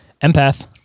Empath